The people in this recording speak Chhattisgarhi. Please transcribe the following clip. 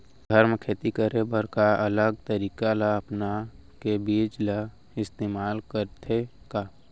घर मे खेती करे बर का अलग तरीका ला अपना के बीज ला इस्तेमाल करथें का?